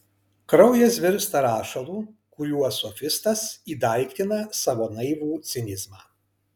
kraujas virsta rašalu kuriuo sofistas įdaiktina savo naivų cinizmą